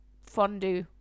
fondue